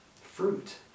fruit